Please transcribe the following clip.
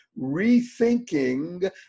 rethinking